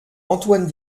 antoine